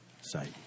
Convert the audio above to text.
site